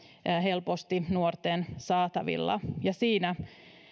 helposti nuorten saatavilla